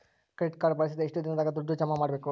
Credit card ಬಳಸಿದ ಎಷ್ಟು ದಿನದಾಗ ದುಡ್ಡು ಜಮಾ ಮಾಡ್ಬೇಕು?